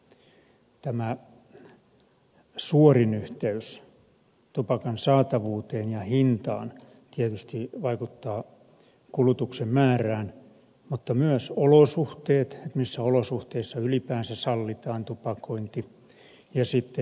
tämä suorin yhteys tupakan saatavuuteen ja hintaan tietysti vaikuttaa kulutuksen määrään mutta myös olosuhteet missä olosuhteissa ylipäänsä sallitaan tupakointi ja sitten asenteet